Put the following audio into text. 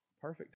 perfect